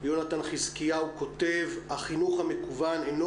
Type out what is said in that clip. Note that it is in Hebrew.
יונתן חזקיהו כותב: החינוך המקוון אינו